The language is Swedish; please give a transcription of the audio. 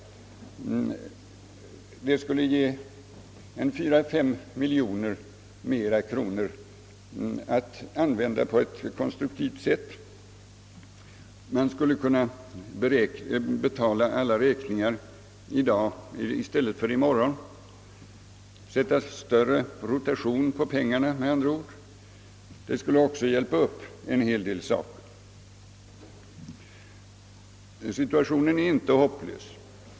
Det skulle ge 4—5 miljoner mera kronor att använda på ett konstruktivt sätt. Man skulle kunna betala alla räkningar i dag i stället för i morgon, sätta större rotation på pengarna med andra ord. Det skulle också hjälpa upp en hel del saker, för att nu nämna ett par små exempel. Situationen är inte hopplös.